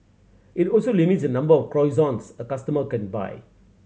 it also limits the number of croissants a customer can buy